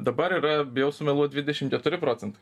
dabar yra bijau sumeluot dvidešim keturi procentai